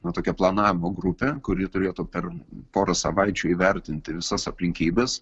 na tokia planavimo grupė kuri turėtų per porą savaičių įvertinti visas aplinkybes